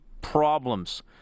problems